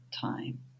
time